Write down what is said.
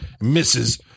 Misses